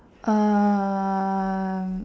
um